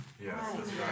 Yes